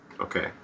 Okay